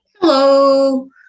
Hello